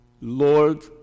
Lord